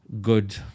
good